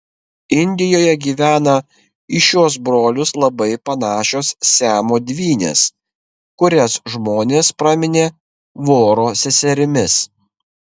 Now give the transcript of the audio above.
indijoje gyvena į šiuos brolius labai panašios siamo dvynės kurias žmonės praminė voro seserimis